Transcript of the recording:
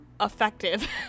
effective